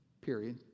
Period